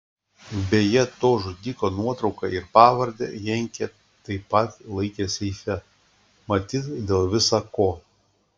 beje to žudiko nuotrauką ir pavardę henkė taip pat laikė seife matyt dėl visa ko